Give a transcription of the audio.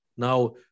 Now